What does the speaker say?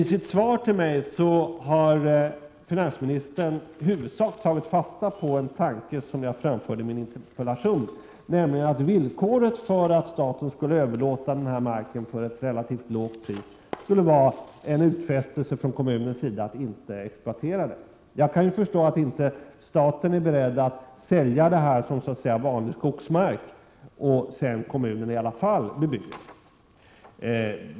I sitt svar har finansministern i huvudsak tagit fasta på en tanke som jag framförde i min interpellation, nämligen att villkoret för att staten skulle överlåta den här marken för ett relativt lågt pris borde vara en utfästelse från kommunens sida att inte exploatera marken. Jag kan förstå att staten inte är beredd att sälja detta område som vanlig skogsmark om kommunen sedan i alla fall bebygger det.